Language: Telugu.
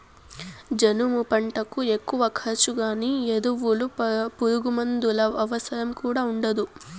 జనుము పంటకు ఎక్కువ ఖర్చు గానీ ఎరువులు పురుగుమందుల అవసరం కూడా ఉండదు